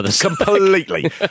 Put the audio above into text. completely